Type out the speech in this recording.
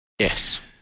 Yes